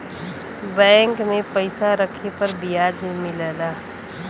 bank में पइसा रखे पर बियाज मिलला